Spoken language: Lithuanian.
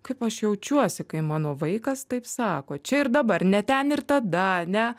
kaip aš jaučiuosi kai mano vaikas taip sako čia ir dabar ne ten ir tada ar ne